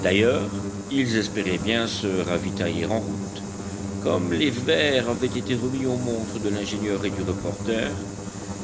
d'ailleurs ils espéraient bien se ravitailler en route comme les verres avaient été remis aux montres de l'ingénieur et du reporter